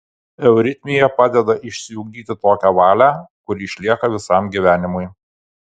euritmija padeda išsiugdyti tokią valią kuri išlieka visam gyvenimui